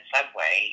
Subway